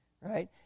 right